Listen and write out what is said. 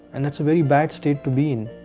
and that's a very bad state to be in.